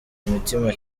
imitima